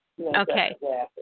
Okay